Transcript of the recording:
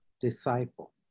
disciple